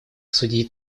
судьи